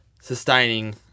sustaining